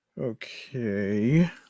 okay